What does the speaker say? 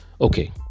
okay